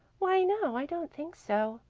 why no, i don't think so,